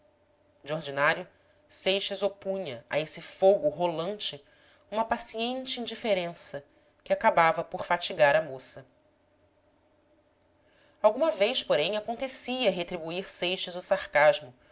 de ordinário seixas opunha a esse fogo rolante uma paciente indiferença que acabava por fatigar a moça alguma vez porém acontecia retribuir seixas o sarcasmo